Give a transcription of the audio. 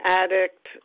addict